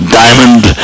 diamond